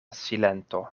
silento